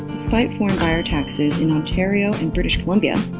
despite foreign buyer taxes in ontario and british columbia,